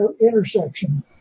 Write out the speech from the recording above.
intersection